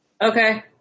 Okay